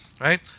Right